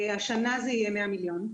השנה זה יהיה 100 מיליון,